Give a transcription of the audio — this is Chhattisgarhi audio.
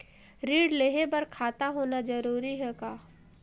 ऋण लेहे बर खाता होना जरूरी ह का?